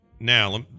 Now